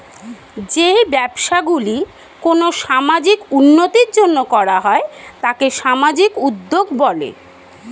যেই ব্যবসাগুলি কোনো সামাজিক উন্নতির জন্য করা হয় তাকে সামাজিক উদ্যোগ বলে